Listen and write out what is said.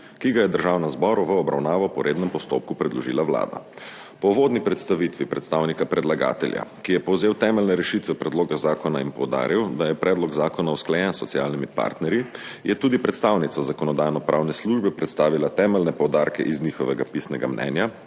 ki ga je Državnemu zboru v obravnavo po rednem postopku predložila Vlada. Po uvodni predstavitvi predstavnika predlagatelja, ki je povzel temeljne rešitve predloga zakona in poudaril, da je predlog zakona usklajen s socialnimi partnerji, je tudi predstavnica Zakonodajno-pravne službe predstavila temeljne poudarke iz njihovega pisnega mnenja